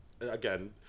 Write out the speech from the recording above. Again